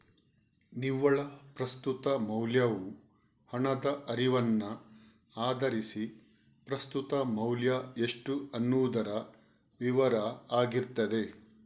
ನಿವ್ವಳ ಪ್ರಸ್ತುತ ಮೌಲ್ಯವು ಹಣದ ಹರಿವನ್ನ ಆಧರಿಸಿ ಪ್ರಸ್ತುತ ಮೌಲ್ಯ ಎಷ್ಟು ಅನ್ನುದರ ವಿವರ ಆಗಿರ್ತದೆ